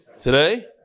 Today